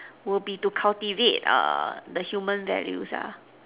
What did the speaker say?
will be to cultivate err the human values ah